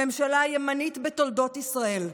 הממשלה הימנית בתולדות ישראל,